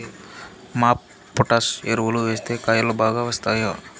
MOP potash ఎరువులు వేస్తే కాయలు బాగా వస్తాయా?